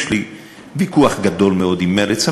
יש לי ויכוח גדול מאוד עם מרצ,